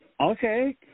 Okay